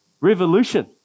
Revolution